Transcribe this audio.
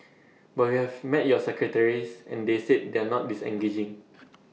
but we have met your secretaries and they said they are not disengaging